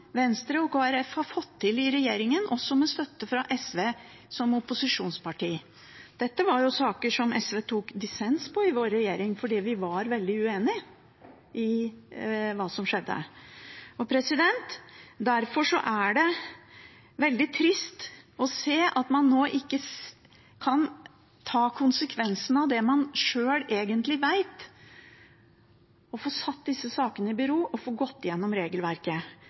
Venstre og Kristelig Folkeparti har fått til i regjeringen, også med støtte fra SV som opposisjonsparti. Dette var jo saker som SV tok dissens på i vår regjering, fordi vi var veldig uenig i det som skjedde. Derfor er det veldig trist å se at man nå ikke kan ta konsekvensene av det man sjøl egentlig vet, og få stilt disse sakene i bero og gå gjennom regelverket.